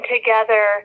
together